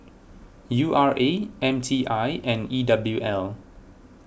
U R A M T I and E W L